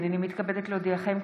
הינני מתכבדת להודיעכם,